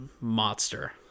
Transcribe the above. monster